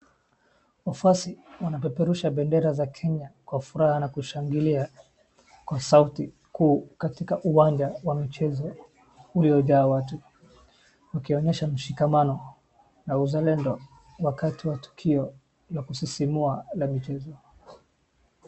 Wafuasi wanapeperusha bendera za Kenya kwa furaha na kushangilia, kwa sauti kuu katika uwanja wa michezo uliojaa watu. Wakinyesha mshikamano na uzalendo wakati wa tukio la kusisimua la michezo.